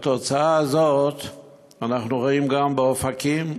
את התוצאה הזאת אנחנו רואים גם באופקים,